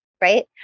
right